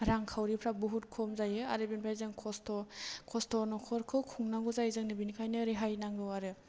रांखावरिफ्रा बहुद खम जायो आरो बेनिफ्राय जों खस्थ' न'खरखौ खुंनांगौ जायो जोंनो बेनिखायनो रेहाय नांगौ आरो